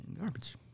Garbage